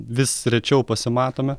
vis rečiau pasimatome